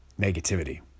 negativity